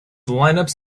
lineups